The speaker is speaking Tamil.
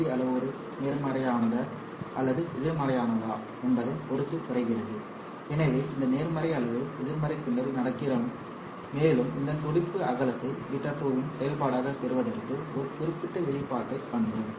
டி அளவுரு நேர்மறையானதா அல்லது எதிர்மறையானதா என்பதைப் பொறுத்து குறைகிறது எனவே இந்த நேர்மறை அல்லது எதிர்மறை கிண்டல் நடக்கும் மேலும் இந்த துடிப்பு அகலத்தை β2 இன் செயல்பாடாகப் பெறுவதற்கு ஒரு குறிப்பிட்ட வெளிப்பாட்டைக் கண்டோம்